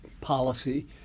policy